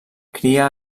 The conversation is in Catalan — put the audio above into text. cria